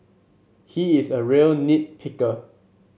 he is a real nit picker